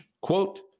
quote